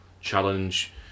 challenge